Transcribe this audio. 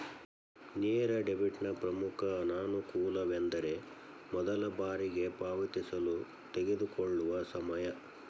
ನೇರ ಡೆಬಿಟ್ನ ಪ್ರಮುಖ ಅನಾನುಕೂಲವೆಂದರೆ ಮೊದಲ ಬಾರಿಗೆ ಪಾವತಿಸಲು ತೆಗೆದುಕೊಳ್ಳುವ ಸಮಯ